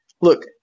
look